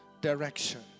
direction